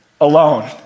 alone